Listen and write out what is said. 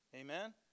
Amen